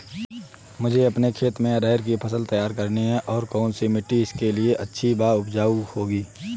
मुझे अपने खेत में अरहर की फसल तैयार करनी है और कौन सी मिट्टी इसके लिए अच्छी व उपजाऊ होगी?